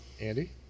Andy